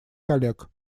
коллег